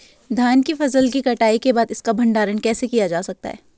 धान की फसल की कटाई के बाद इसका भंडारण कैसे किया जा सकता है?